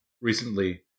recently